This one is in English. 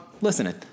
Listening